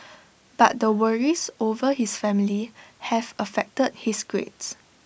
but the worries over his family have affected his grades